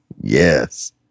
yes